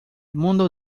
mundo